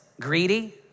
greedy